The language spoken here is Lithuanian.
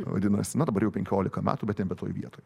vadinasi na dabar jau penkiolika metų bet nebe toj vietoj